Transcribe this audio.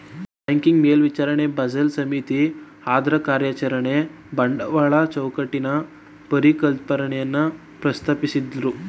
banking ಮೇಲ್ವಿಚಾರಣೆ Basel ಸಮಿತಿ ಅದ್ರಕಾರ್ಯಚರಣೆ ಬಂಡವಾಳ ಚೌಕಟ್ಟಿನ ಪರಿಷ್ಕರಣೆಯನ್ನ ಪ್ರಸ್ತಾಪಿಸಿದ್ದ್ರು